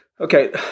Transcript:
okay